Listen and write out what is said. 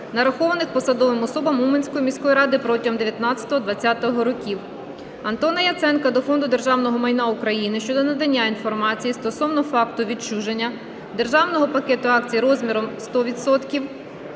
нарахованих посадовим особам Уманської міської ради протягом 19-го – 20-го років. Антона Яценка до Фонду державного майна України щодо надання інформації стосовно факту відчуження державного пакету акцій розміром 100%